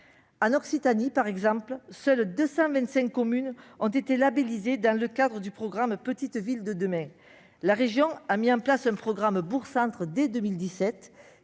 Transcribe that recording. En Occitanie, par exemple, seules 225 communes ont été labellisées dans le cadre du programme Petites Villes de demain. La région a mis en place des contrats Bourgs-Centres dès 2017,